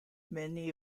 many